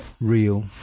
real